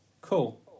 Cool